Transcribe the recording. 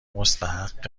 مستحق